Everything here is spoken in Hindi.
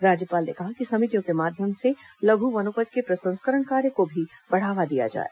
राज्यपाल ने कहा कि समितियों के माध्यम से लघु वनोपज के प्रसंस्करण कार्य को भी बढ़ावा दिया जाए